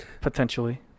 potentially